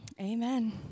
Amen